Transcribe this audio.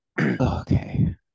Okay